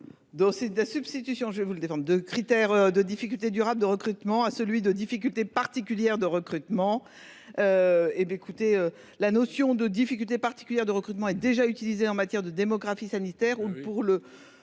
Dans ces substitution je vous le de critères de difficultés durable de recrutement à celui de difficultés particulières de recrutement. Hé bé écoutez la notion de difficultés particulières de recrutement est déjà utilisée en matière de démographie sanitaire